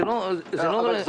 זה הועבר לוועדת הרפורמות.